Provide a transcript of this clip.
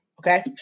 okay